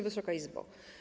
Wysoka Izbo!